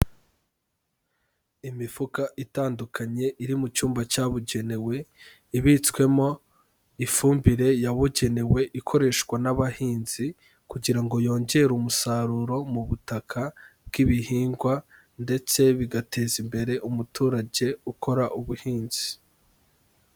Imifuka itandukanye iri mu cyumba cyabugenewe, ibitswemo ifumbire yabugenewe ikoreshwa n'abahinzi kugira ngo yongere umusaruro mu butaka bw'ibihingwa ndetse bigateza imbere umuturage ukora ubuhinzi.